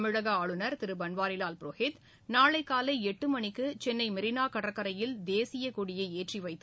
தமிழக ஆளுநர் திரு பன்வாரிலால் புரோஹித் நாளை காலை எட்டு மணிக்கு சென்னை மெரீனா கடற்கரையில் தேசிய கொடியை ஏற்றிவைத்து